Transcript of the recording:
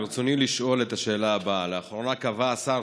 ברצוני לשאול את השאלה הבאה: לאחרונה קבע השר